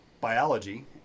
biology